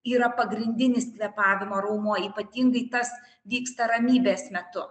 yra pagrindinis kvėpavimo raumuo ypatingai tas vyksta ramybės metu